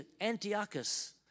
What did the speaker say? Antiochus